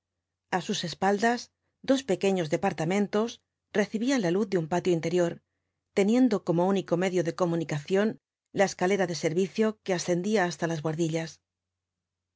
a sus espaldas dos pequeños departamentos recibían la luz de un patio interior teniendo como único medio de comunicación la escalera de servicio que ascendía hasta las buhardillas